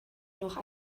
noch